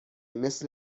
مثل